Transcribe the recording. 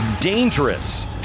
dangerous